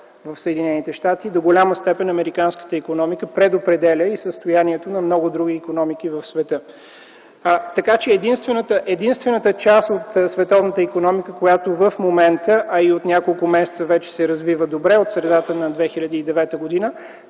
в Съединените щати до голяма степен американската икономика предопределя и състоянието на много други икономики в света, така че единствената част от световната икономика, която в момента, а и от няколко месеца вече се развива добре – от средата на 2009 г.,